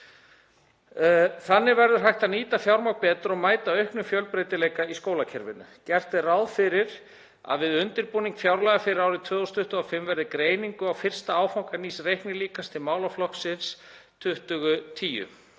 Þannig verður hægt að nýta fjármagn betur og mæta auknum fjölbreytileika í skólakerfinu. Gert er ráð fyrir að við undirbúning fjárlaga fyrir árið 2025 verði greiningu á fyrsta áfanga nýs reiknilíkans til málaflokks 20.10